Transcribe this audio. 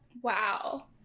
wow